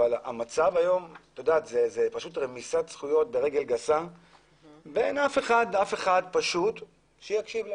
זאת פשוט רמיסת זכויות אדם ואין מי שיקשיב להם.